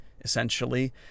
essentially